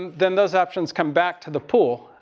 then those options come back to the pool,